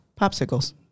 popsicles